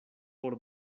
por